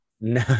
No